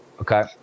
okay